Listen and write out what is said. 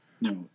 No